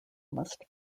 must